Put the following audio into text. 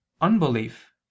unbelief